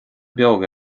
beag